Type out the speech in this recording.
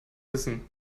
wissen